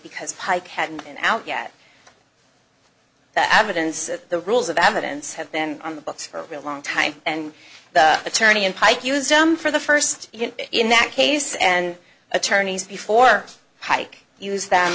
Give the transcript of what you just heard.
because pike hadn't been out yet that evidence of the rules of evidence have been on the books for a really long time and the attorney in pike used them for the first in that case and attorneys before heike used them